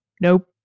Nope